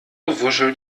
wuschelt